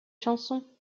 chanson